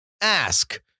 ask